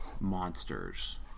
monsters